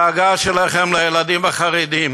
הדאגה שלכם לילדים החרדים,